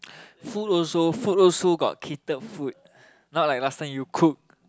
food also food also got cater food not like last time you cook